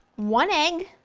one egg,